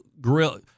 grill